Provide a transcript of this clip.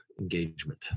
engagement